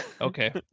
Okay